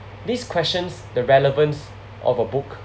this questions the relevance of a book